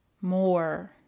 more